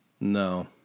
No